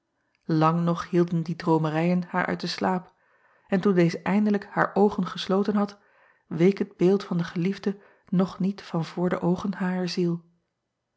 lang nog hielden die droomerijen haar uit den slaap en toen deze eindelijk haar oogen gesloten had week het beeld van den geliefde nog niet van voor de oogen harer ziel